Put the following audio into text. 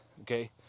Okay